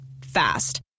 Fast